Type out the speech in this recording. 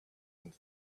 and